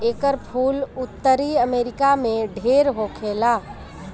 एकर फूल उत्तरी अमेरिका में ढेर होखेला